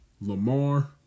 Lamar